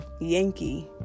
Yankee